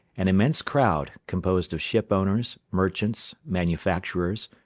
an immense crowd, composed of shipowners, merchants, manufacturers,